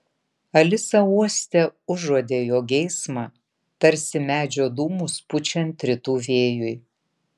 alisa uoste užuodė jo geismą tarsi medžio dūmus pučiant rytų vėjui